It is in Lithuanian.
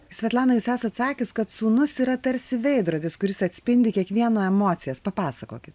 svetlana jūs esat sakius kad sūnus yra tarsi veidrodis kuris atspindi kiekvieną emocijas papasakokit